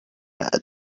had